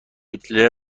هیتلر